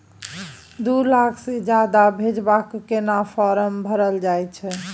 दू लाख से ज्यादा भेजबाक केना फारम भरल जाए छै?